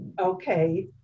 Okay